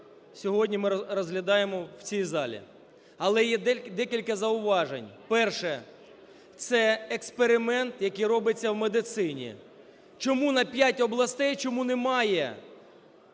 сьогодні ми розглядаємо в цій залі, але є декілька зауважень. Перше. Це експеримент, який робиться в медицині. Чому на п'ять областей, чому немає